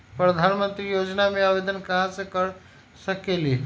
प्रधानमंत्री योजना में आवेदन कहा से कर सकेली?